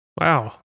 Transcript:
Wow